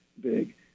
big